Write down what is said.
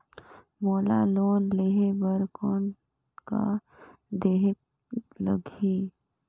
मोला लोन लेहे बर कौन का देहेक लगही?